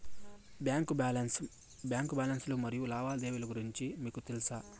Bank balance లు మరియు లావాదేవీలు గురించి మీకు తెల్సా?